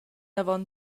avon